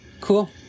Cool